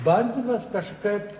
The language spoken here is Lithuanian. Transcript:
bandymas kažkaip